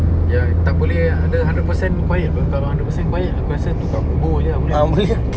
ya tak boleh ada hundred percent quiet bro kalau hundred percent quiet aku rasa tu dekat kubur jer ah boleh